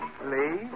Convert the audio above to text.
Please